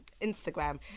Instagram